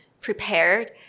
prepared